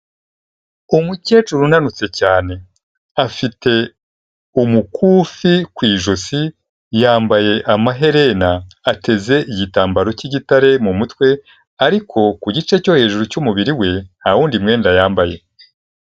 Umukecuru unanutse cyane, afite umukufi ku ijosi, yambaye amaherena, ateze igitambaro cy'igitare mu mutwe, ariko ku gice cyo hejuru cy'umubiri we nta wundi mwenda yambaye.